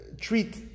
treat